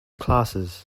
classes